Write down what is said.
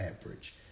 average